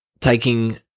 taking